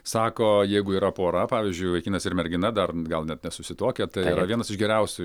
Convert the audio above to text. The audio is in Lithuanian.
sako jeigu yra pora pavyzdžiui vaikinas ir mergina dar gal net nesusituokę tai yra vienas iš geriausių